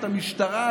את המשטרה,